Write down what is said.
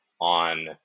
on